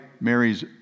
Mary's